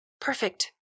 Perfect